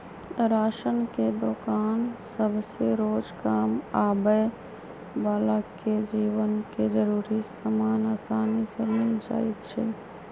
ration के दोकान सभसे रोजकाम आबय बला के जीवन के जरूरी समान असानी से मिल जाइ छइ